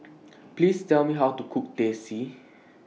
Please Tell Me How to Cook Teh C